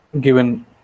given